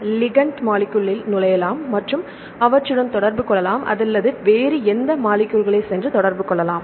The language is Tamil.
எனவே லிகண்ட் மாலிக்யூல்கல் நுழையலாம் மற்றும் அவற்றுடன் தொடர்பு கொள்ளலாம் அல்லது வேறு எந்த மாலிக்யூல் சென்று தொடர்பு கொள்ளலாம்